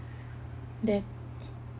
that